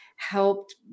helped